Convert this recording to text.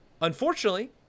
Unfortunately